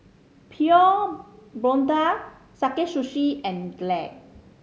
Pure Blonde Sakae Sushi and Glade